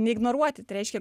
neignoruoti tai reiškia